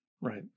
Right